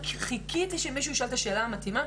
חיכיתי שמישהו יישאל את השאלה המתאימה",